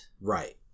Right